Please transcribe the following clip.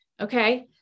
Okay